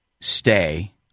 stay